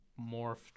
morphed